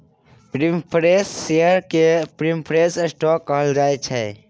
preference share केँ preference stock कहल जाइ छै